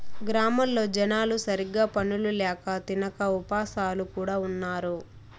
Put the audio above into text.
గ్రామాల్లో జనాలు సరిగ్గా పనులు ల్యాక తినక ఉపాసాలు కూడా ఉన్నారు